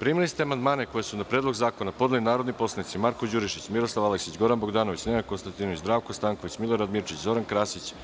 Primili ste amandmane koje su na Predlog zakona podneli narodni poslanici Marko Đurišić, Miroslav Aleksić, Goran Bogdanović, Nenad Konstantinović, Zdravko Stanković, Milorad Mirčić, Zoran Krasić,